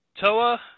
Toa